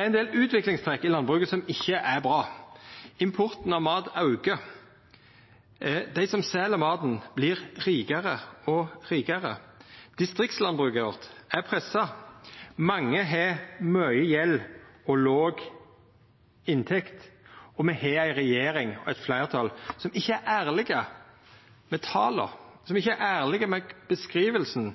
er ein del utviklingstrekk i landbruket som ikkje er bra. Importen av mat aukar. Dei som sel maten, vert rikare og rikare. Distriktslandbruket vårt er pressa. Mange har mykje gjeld og låg inntekt, og me har ei regjering og eit fleirtal som ikkje er ærlege med tala, som ikkje er ærlege med